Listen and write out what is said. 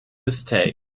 mistake